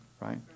right